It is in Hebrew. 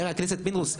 חבר הכנסת פינדרוס,